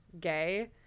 gay